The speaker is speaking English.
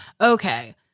Okay